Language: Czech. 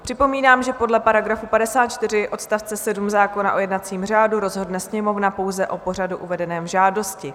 Připomínám, že podle § 54 odst. 7 zákona o jednacím řádu rozhodne Sněmovna pouze o pořadu uvedeném v žádosti.